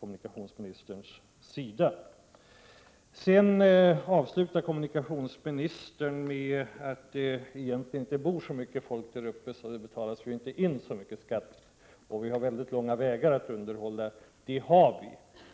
Kommunikationsministern avslutar med att säga att det egentligen inte bor så mycket folk där uppe, så det inte betalas in så mycket skatt, och att vi har väldigt långa vägar att underhålla, vilket stämmer.